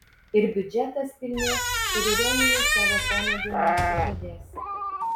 ir biudžetas pilnės ir irenijus savo pomėgių neišsižadės